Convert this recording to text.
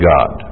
God